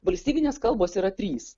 valstybinės kalbos yra trys